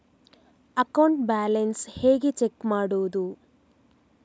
Account balance ಹೇಗೆ check ಮಾಡುವುದು?